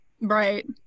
Right